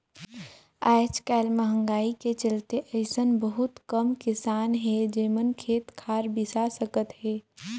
आयज कायल मंहगाई के चलते अइसन बहुत कम किसान हे जेमन खेत खार बिसा सकत हे